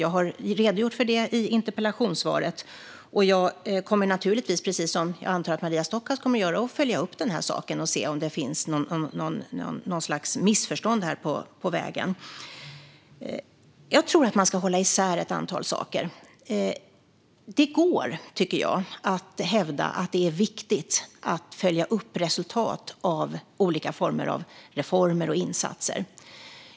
Jag har redogjort för det i interpellationssvaret, och jag kommer naturligtvis - precis som jag antar att Maria Stockhaus kommer att göra - att följa upp saken och se om det finns något slags missförstånd på vägen. Jag tror att man ska hålla isär ett antal saker. Det går, tycker jag, att hävda att det är viktigt att följa upp resultat av olika reformer och insatser.